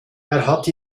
hat